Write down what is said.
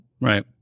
Right